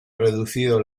reducido